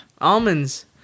Almonds